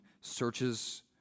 searches